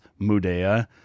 Mudea